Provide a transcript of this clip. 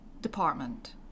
department